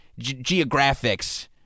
geographics